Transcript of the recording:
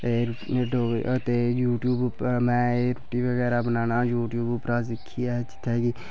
ते यूट्यूब पर मे एह् रुट्टी बगैरा बनाना सिक्खी ऐ